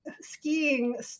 skiing